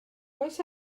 oes